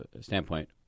standpoint